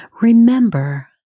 Remember